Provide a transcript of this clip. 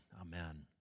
amen